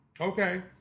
Okay